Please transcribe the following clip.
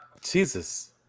Jesus